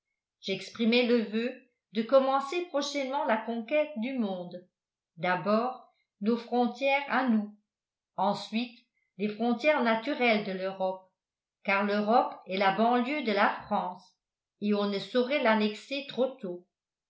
j'exprimai le voeu de commencer prochainement la conquête du monde d'abord nos frontières à nous ensuite les frontières naturelles de l'europe car l'europe est la banlieue de la france et on ne saurait l'annexer trop tôt